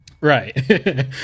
Right